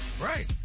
Right